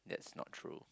that's not true